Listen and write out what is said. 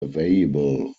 available